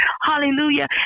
Hallelujah